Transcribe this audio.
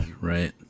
right